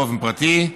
באופן פרטי,